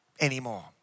anymore